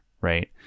Right